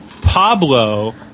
Pablo